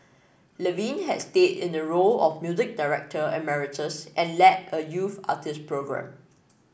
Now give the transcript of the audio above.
Levine had stayed in a role of music director emeritus and led a youth artist programme